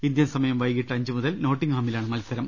Indian സമയം വൈകീട്ട് അഞ്ച് മുതൽ നോട്ടിങ്ങ്ഹാമിലാണ് മത്സരം